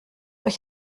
euch